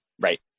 Right